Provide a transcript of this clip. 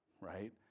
Right